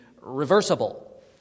reversible